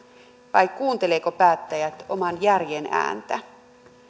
vai kuuntelevatko päättäjät oman järjen ääntä